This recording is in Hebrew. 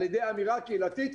על ידי אמירה קהילתית,